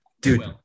Dude